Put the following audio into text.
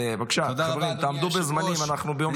בבקשה, תעמדו בזמנים, אנחנו ביום שלישי.